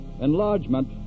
enlargement